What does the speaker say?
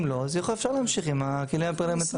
אם לא, אפשר להמשיך בכלים הפרלמנטריים.